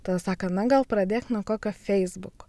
tada sako na gal pradėk nuo kokio feisbuko